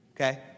okay